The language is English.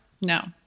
no